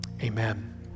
Amen